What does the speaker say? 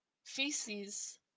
feces